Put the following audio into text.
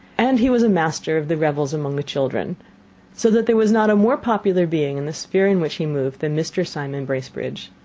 and he was a master of the revels among the children so that there was not a more popular being in the sphere in which he moved than mr. simon bracebridge.